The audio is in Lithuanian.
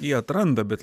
jį atranda bet